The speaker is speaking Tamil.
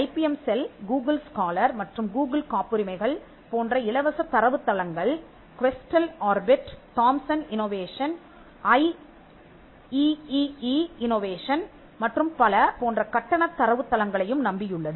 ஐபிஎம் செல் கூகுள் ஸ்காலர் மற்றும் கூகுள் காப்புரிமைகள் போன்ற இலவச தரவுத்தளங்கள் Questel Orbit Thomson Innovation IEEE Innovation மற்றும் பல போன்ற கட்டணத் தரவுத் தளங்களையும் நம்பியுள்ளது